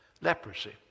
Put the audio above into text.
leprosy